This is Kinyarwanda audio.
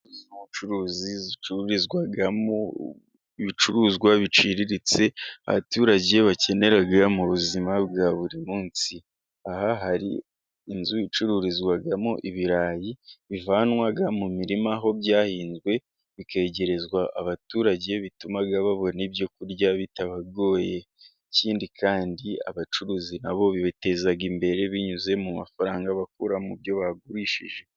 Inzu z'ubucuruzi zicururizwamo ibicuruzwa biciriritse, abaturage bakenera mu buzima bwa buri munsi, aha hari inzu icururizwamo ibirayi bivanwa mu mirima aho byahinzwe, bikegerezwa abaturage bituma babona ibyo kurya bitabagoye, ikindi kandi abacuruzi na bo bibateza imbere binyuze mu mafaranga bakura mu byo bagurishije.